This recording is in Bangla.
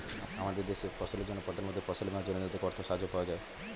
আমাদের দেশে ফসলের জন্য প্রধানমন্ত্রী ফসল বীমা যোজনা থেকে অর্থ সাহায্য পাওয়া যায়